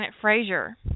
Frazier